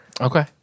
Okay